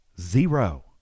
Zero